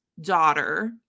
daughter